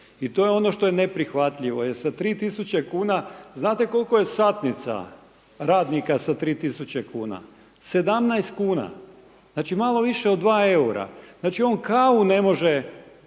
I to je ono što je neprihvatljivo, jer sa 3.000 kuna znate kolko je satnica radnika sa 3.000 kuna, 17 kuna, znači malo više od 2 EUR-a, znači on kavu ne može